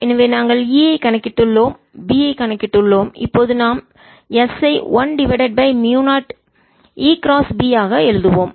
எனவே நாங்கள் E ஐக் கணக்கிட்டுள்ளோம் B ஐக் கணக்கிட்டுள்ளோம் இப்போது நாம் s ஐ 1 divided by mu E cross B ஆக எழுதுவோம்